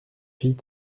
fille